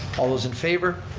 all those in favor.